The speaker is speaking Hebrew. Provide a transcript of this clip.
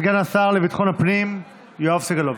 סגן השר לביטחון הפנים יואב סגלוביץ'.